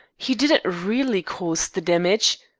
he didn't really cause the damage.